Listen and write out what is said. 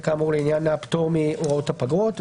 כאמור לעניין הפטור מהוראות הפגרות.